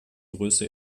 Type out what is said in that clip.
größte